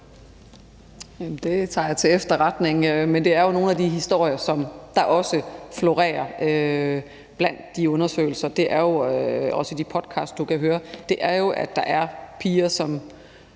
Det tager jeg til efterretning, men nogle af de historier, som der også florerer i de undersøgelser og også i de podcast, du kan høre, er jo, at der er piger, som